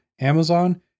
Amazon